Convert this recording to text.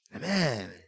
Man